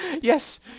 Yes